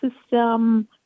system